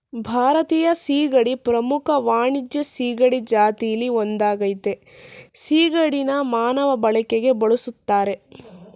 ಭಾರತೀಯ ಸೀಗಡಿ ಪ್ರಮುಖ ವಾಣಿಜ್ಯ ಸೀಗಡಿ ಜಾತಿಲಿ ಒಂದಾಗಯ್ತೆ ಸಿಗಡಿನ ಮಾನವ ಬಳಕೆಗೆ ಬಳುಸ್ತರೆ